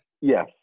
Yes